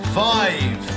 five